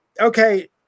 okay